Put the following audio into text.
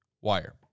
Wire